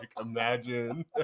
imagine